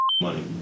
money